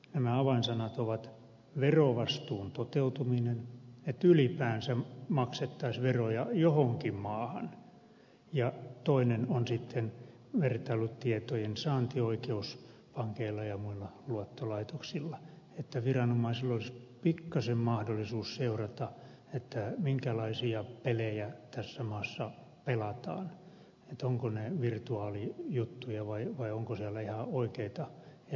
nämä avainsanat ovat verovastuun toteutuminen että ylipäänsä maksettaisiin veroja johonkin maahan ja toinen on sitten vertailutietojen saantioikeus pankeilla ja muilla luottolaitoksilla että viranomaisilla olisi pikkaisen mahdollisuus seurata minkälaisia pelejä tässä maassa pelataan ovatko ne virtuaalijuttuja vai onko siellä ihan oikeata elämää ja toimintaa